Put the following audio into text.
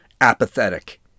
apathetic